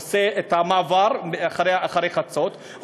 עושה את המעבר אחרי חצות,